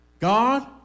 God